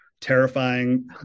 terrifying